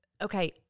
Okay